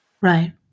Right